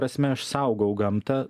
prasme aš saugau gamtą